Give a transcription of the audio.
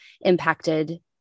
impacted